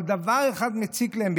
אבל דבר אחד מציק להם.